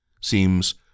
seems